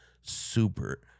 super